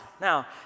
Now